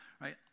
right